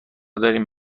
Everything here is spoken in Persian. داریم